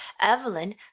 Evelyn